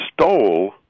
stole